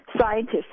scientists